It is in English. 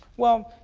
well,